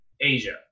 Asia